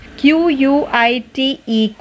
q-u-i-t-e